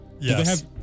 Yes